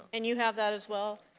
and you have that as well,